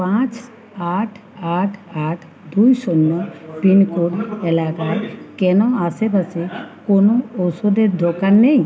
পাঁচ আট আট আট দুই শূন্য পিনকোড এলাকায় কেন আশেপাশে কোনো ওষুধের দোকান নেই